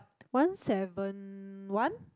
one seven one